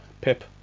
Pip